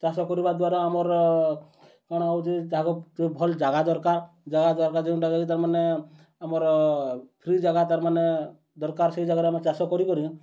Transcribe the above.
ଚାଷ କରିବା ଦ୍ୱାରା ଆମର କ'ଣ ହେଉଛି ତାହାକୁ ଯୋଉ ଭଲ ଜାଗା ଦରକାର ଜାଗା ଦର୍କାର୍ ଯେଉଁଟା କି ତା'ର୍ମାନେ ଆମର୍ ଫ୍ରି ଜାଗା ତା'ର୍ମାନେ ଦର୍କାର୍ ସେଇ ଜାଗାରେ ଆମେ ଚାଷ କରିକରି